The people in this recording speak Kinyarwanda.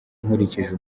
nkurikije